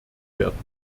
werden